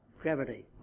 gravity